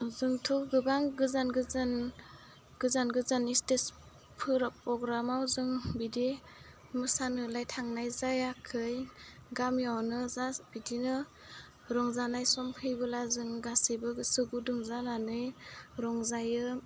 जोंथ' गोबां गोजान गोजान गोजान गोजान स्टेजफोर प्रग्रामाव जों बिदि मोसानोलाय थांनाय जायाखै गामियावनो जास्ट बिदिनो रंजानाय सम फैबोला जों गासिबो गोसो गुदुं जानानै रंजायो